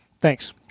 Thanks